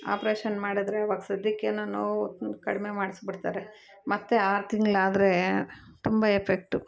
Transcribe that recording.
operation ಮಾಡಿದ್ರೆ ಇವಾಗ ಸಧ್ಯಕ್ಕೆ ಏನೊ ನೋವು ಕಡಿಮೆ ಮಾಡ್ಸಿಬಿಡ್ತಾರೆ ಮತ್ತು ಆರು ತಿಂಗ್ಳು ಆದರೆ ತುಂಬ ಎಫೆಕ್ಟ್